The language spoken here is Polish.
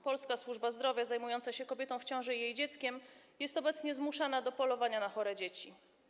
Polska służba zdrowia zajmująca się kobietą w ciąży i jej dzieckiem jest obecnie zmuszana do polowania na chore dzieci.